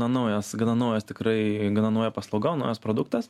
na naujas gana naujas tikrai gana nauja paslauga naujas produktas